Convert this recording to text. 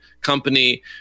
company